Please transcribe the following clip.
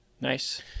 Nice